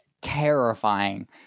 terrifying